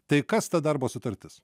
tai kas ta darbo sutartis